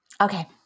Okay